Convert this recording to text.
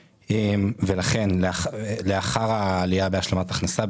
ולכן, לאחר העלייה בהשלמת הכנסה,